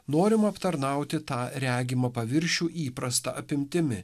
norima aptarnauti tą regimą paviršių įprasta apimtimi